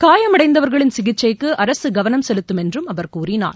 காயமடைந்தவர்களின் சிகிச்சைக்கு அரசு கவனம் செலுத்தும் என்றும் அவர் கூறினார்